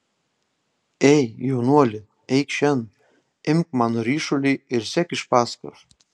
ei jaunuoli eikš šen imk mano ryšulį ir sek iš paskos